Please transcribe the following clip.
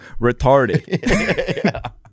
retarded